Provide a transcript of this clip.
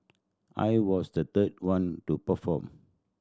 I was the third one to perform